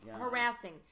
harassing